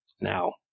now